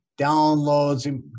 downloads